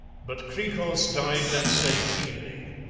but hkrikros died that same evening.